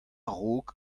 raok